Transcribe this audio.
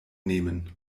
nehmen